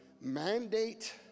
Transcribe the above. mandate